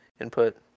input